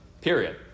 period